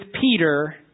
Peter